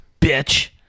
bitch